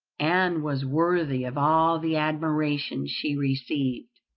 and was worthy of all the admiration she received.